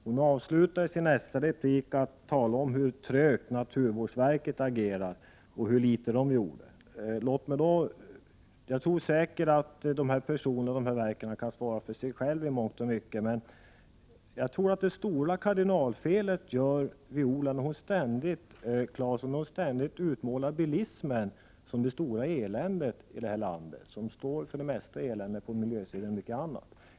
Hon avslutade sitt nästa inlägg med att tala om hur trögt naturvårdsverket agerar och hur litet det gör. Jag tror säkert att de här personerna och verken kan svara för sig själva i mångt och mycket, men jag vill ändå kommentera detta. Jagtror att Viola Claessons kardinalfel är att hon ständigt utmålar bilismen som det stora eländet här i landet och som skyldig till det mesta eländet på miljösidan här i landet.